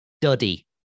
Duddy